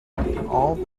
all